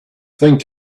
think